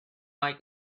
might